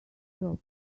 job